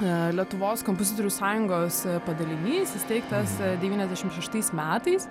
a lietuvos kompozitorių sąjungos padalinys įsteigtas devyniasdešimt šeštais metais